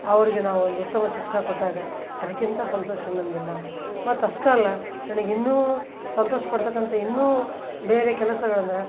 ಅವ್ರಿಗೆ ನಾವೊಂದು ಉತ್ತಮ ಶಿಕ್ಷಣ ಕೊಟ್ಟಾಗ ಅದಕ್ಕಿಂತ ಸಂತೋಷ ಇನ್ನೊಂದಿಲ್ಲ ಮತ್ತು ಅಷ್ಟೇ ಅಲ್ಲ ನನಗಿನ್ನೂ ಸಂತೋಷ ಕೊಡ್ತಕ್ಕಂಥ ಇನ್ನು ಬೇರೆ ಕೆಲಸಗಳಂದರೆ